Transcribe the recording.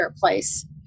place